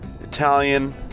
italian